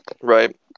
Right